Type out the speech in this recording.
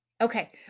Okay